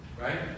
Right